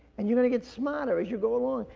and you're gonna get smarter as you go along.